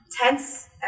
Tense